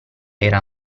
era